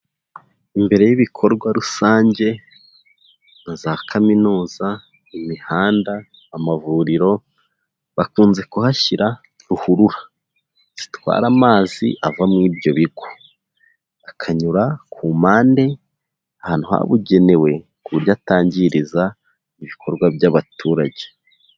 Imbere y'ibikorwa rusange na za kaminuza, imihanda, amavuriro bakunze kuhashyira ruhurura zitwara amazi ava muri ibyo bigo, akanyura ku mpande ahantu habugenewe ku buryo atangiriza ibikorwa by'abaturage.